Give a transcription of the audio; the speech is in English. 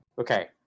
okay